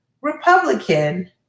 Republican